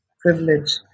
Privilege